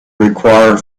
require